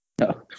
No